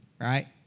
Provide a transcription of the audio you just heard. right